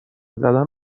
زدن